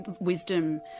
wisdom